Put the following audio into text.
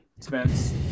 Spence